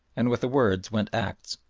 and with the words went acts.